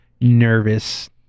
nervous